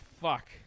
fuck